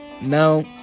now